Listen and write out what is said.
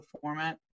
format